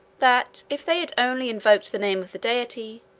that, if they had only in voked the name of the deity,